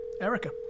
Erica